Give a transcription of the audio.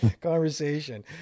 conversation